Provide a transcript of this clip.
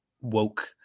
woke